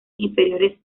inferiores